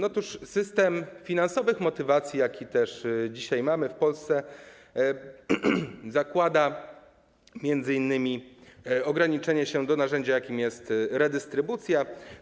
Otóż system finansowych motywacji, jaki dzisiaj mamy w Polsce, zakłada m.in. ograniczenie się do narzędzia, jakim jest redystrybucja.